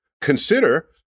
Consider